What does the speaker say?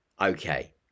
Okay